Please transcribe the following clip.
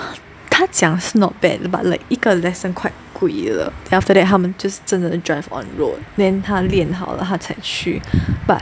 他讲是 not bad but like 一个 lesson quite 贵了 then after that 他们就是真的 drive on road then 她练好了他才去 but